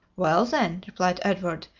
well, then, replied edward,